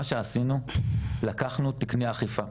מה שעשינו זה לקחנו תקני אכיפה,